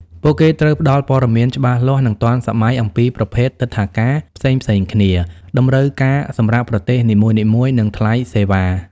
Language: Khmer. ពួកគេត្រូវផ្តល់ព័ត៌មានច្បាស់លាស់ និងទាន់សម័យអំពីប្រភេទទិដ្ឋាការផ្សេងៗគ្នា តម្រូវការសម្រាប់ប្រទេសនីមួយៗ និងថ្លៃសេវា។